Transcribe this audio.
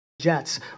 jets